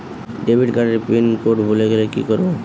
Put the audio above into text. Debit card এর pin code ভুলে গেলে কি করব?